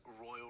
Royal